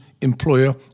employer